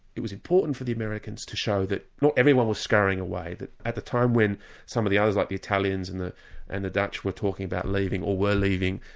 it was important for the americans to show that not everyone was scurrying away, but at the time when some of the others like the italians and the and the dutch were talking about leaving, or were leaving,